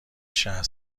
شصت